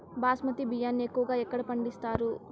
బాస్మతి బియ్యాన్ని ఎక్కువగా ఎక్కడ పండిస్తారు?